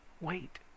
wait